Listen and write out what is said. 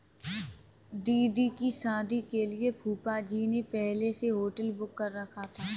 दीदी की शादी के लिए फूफाजी ने पहले से होटल बुक कर रखा है